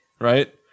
right